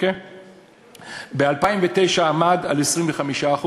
ב-2009 עמד על 25%,